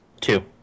Two